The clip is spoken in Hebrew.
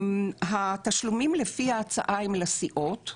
התשלומים לפי ההצעה הם לסיעות.